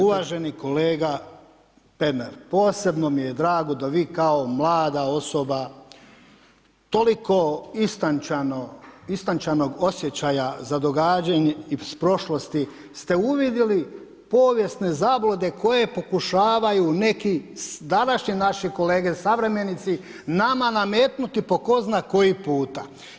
Uvaženi kolega Pernar, posebno mi je drago da vi kao mlada osoba toliko istančanog osjećaja za događanje iz prošlosti ste uvidjeli povijesne zablude koje pokušavaju neki današnji naše kolege suvremenici nama nametnuti po tko zna koji puta.